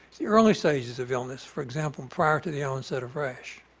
the early stages of illness for example, prior to the onset of rash